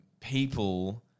people